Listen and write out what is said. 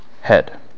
head